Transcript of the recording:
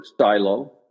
silo